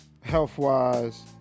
health-wise